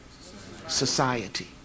Society